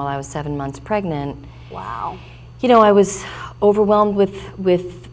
while i was seven months pregnant you know i was overwhelmed with with